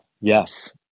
yes